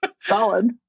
Solid